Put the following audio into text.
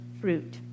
fruit